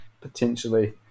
potentially